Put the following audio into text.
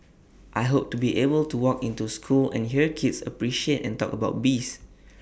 I hope to be able to walk into school and hear kids appreciate and talk about bees